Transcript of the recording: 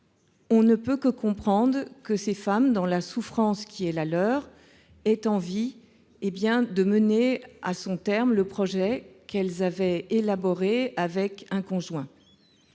on ne peut que comprendre que ces femmes, dans la souffrance qui est la leur, aient envie de mener à son terme le projet qu'elles avaient élaboré avec leur conjoint.